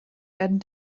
werden